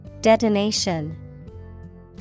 Detonation